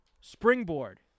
springboard